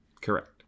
correct